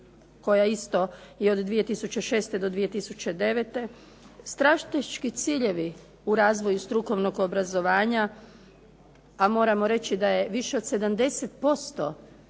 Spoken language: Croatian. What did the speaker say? koja isto je od 2006. do 2009. Strateški ciljevi u razvoju strukovnog obrazovanja, a moramo reći da je više od 70%